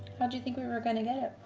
how'd you think we were gonna get it.